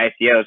ICOs